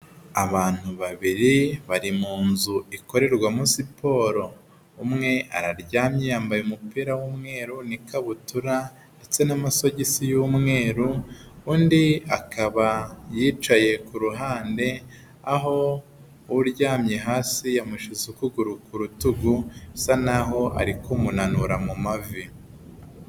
Abantu babiri bari mu nzu ikorerwamo siporo umwe araryamye yambaye umupira w'umweru n'ikabutura ndetse n'amasogisi y'umweru, undi akaba yicaye ku ruhande aho uryamye hasi yamushyize ukuguru ku rutugu bisa nk'aho ari kumunanura mu mavi.